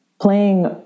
playing